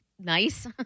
nice